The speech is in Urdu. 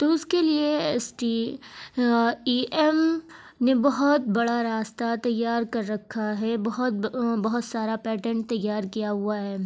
تو اس کے لیے ایس ٹی ای ایم نے بہت بڑا راستہ تیار کر رکھا ہے بہت بہت سارا پیٹنٹ تیار کیا ہوا ہے